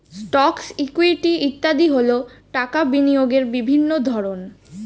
stocks, equity ইত্যাদি হল টাকা বিনিয়োগের বিভিন্ন ধরন